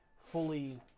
fully